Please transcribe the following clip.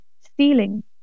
stealing